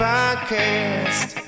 Podcast